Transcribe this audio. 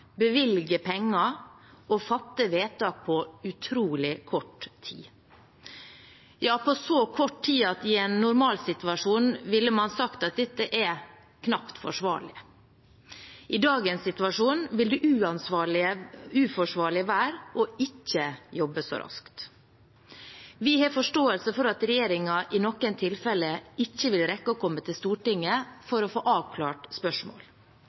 bevilge penger og fatte vedtak på utrolig kort tid – ja, på så kort tid at man i en normalsituasjon ville sagt at dette knapt er forsvarlig. I dagens situasjon vil det uforsvarlige være å ikke jobbe så raskt. Vi har forståelse for at regjeringen i noen tilfeller ikke vil rekke å komme til Stortinget for å få avklart spørsmål.